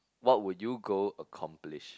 what would you go accomplish